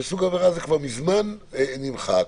שזה כבר מזמן נמחק,